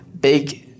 Big